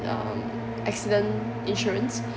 um accident insurance